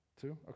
Two